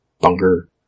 bunker